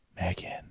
Megan